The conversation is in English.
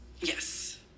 Yes